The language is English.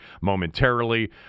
momentarily